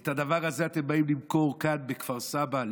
את הדבר הזה אתם באים למכור כאן בכפר סבא.